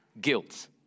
guilt